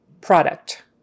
product